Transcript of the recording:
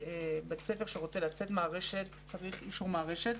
שבית ספר שרוצה לצאת מרשת מסוימת צריך אישור מן הרשת,